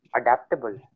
adaptable